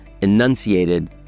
enunciated